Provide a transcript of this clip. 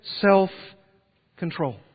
self-control